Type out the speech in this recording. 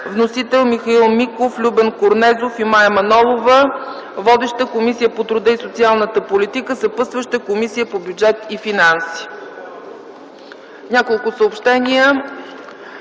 Вносители са Михаил Миков, Любен Корнезов и Мая Манолова. Водеща е Комисията по труда и социалната политика. Съпътстваща е Комисията по бюджет и финанси. Няколко съобщения.